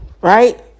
right